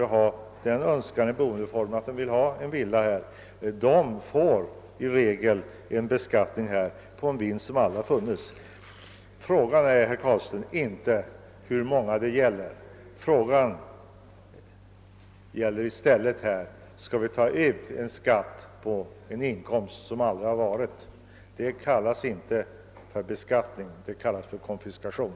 Önskar de en sådan boendeform som egen villa drabbas de av en beskattning av en vinst som aldrig funnits. Frågan är, herr Carlstein, inte hur många villaägare det gäller, utan i stället om vi skall ta ut skatt på en inkomst som aldrig funnits. Och det kallas inte beskattning — det kallas konfiskation.